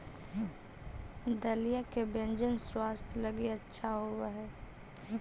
दलिया के व्यंजन स्वास्थ्य लगी अच्छा होवऽ हई